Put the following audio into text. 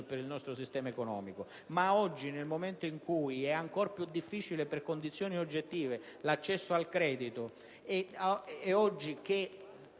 per il nostro sistema creditizio ed economico, ma oggi, nel momento in cui è ancora più difficile, per condizioni oggettive, l'accesso al credito, e le